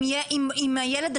אם הילד,